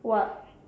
what